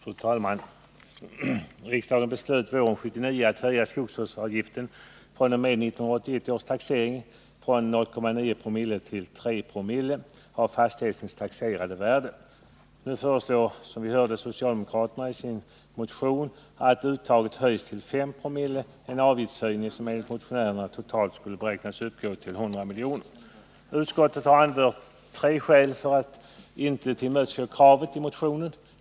Fru talman! Riksdagen beslöt våren 1979 att höja skogsvårdsavgiften fr.o.m. 1981 års taxering från 0,9 Joo till 3 Joo av fastighetens taxerade värde. Nu föreslår, som vi nyss hört, socialdemokraterna i sin partimotion att uttaget höjs till 8 Zoo, en avgiftshöjning som enligt motionärerna totalt kan beräknas uppgå till 100 milj.kr. Utskottet har anfört tre skäl för att inte tillmötesgå kravet i motionen.